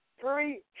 three